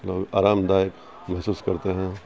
لوگ آرام دایک محسوس کرتے ہیں